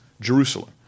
Jerusalem